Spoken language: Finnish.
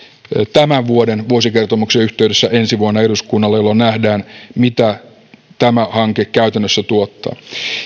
tämän vuoden vuosikertomuksen yhteydessä ensi vuonna eduskunnalle jolloin nähdään mitä tämä hanke käytännössä tuottaa